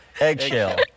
Eggshell